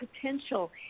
potential